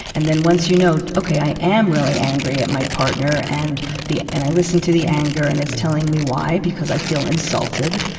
and then once you know, okay, i am really angry at my partner. and the, and i listen to the anger and it's telling me why because i feel insulted.